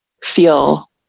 feel